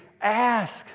ask